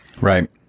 Right